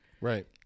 Right